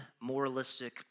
moralistic